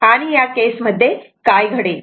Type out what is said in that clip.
तेव्हा या केसमध्ये काय घडेल